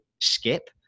skip